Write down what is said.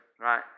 right